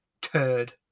turd